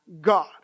God